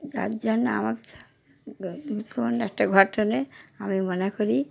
যার জন্যে আমার দুঃখজনক একটা ঘটনা আমি মনে করি